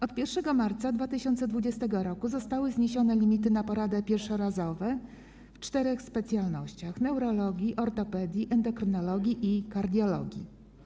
Od 1 marca 2020 r. zostały zniesione limity na porady pierwszorazowe w czterech specjalnościach: neurologii, ortopedii, endokrynologii i kardiologii.